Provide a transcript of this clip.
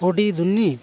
పోటీ దున్ని